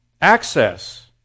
access